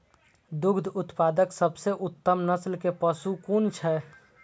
दुग्ध उत्पादक सबसे उत्तम नस्ल के पशु कुन छै?